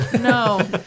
No